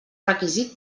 requisit